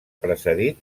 precedit